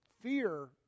fear